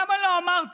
למה לא אמרת,